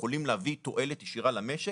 שיכולים להביא תועלת ישירה למשק,